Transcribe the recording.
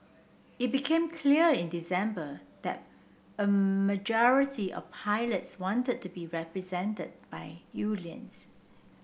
it became clear in December that a majority of pilots wanted to be represented by unions